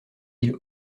îles